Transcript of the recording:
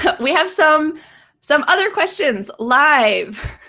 but we have some some other questions, live,